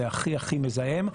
זה הכי מזהם,